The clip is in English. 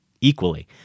equally